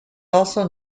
also